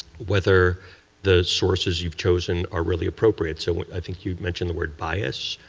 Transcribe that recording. whether the sources you've chosen are really appropriate. so i think you mentioned the word bias.